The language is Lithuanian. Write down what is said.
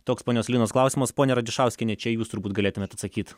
toks ponios linos klausimas ponia radišauskiene čia jūs turbūt galėtumėt atsakyt